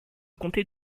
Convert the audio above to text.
comté